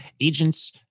agents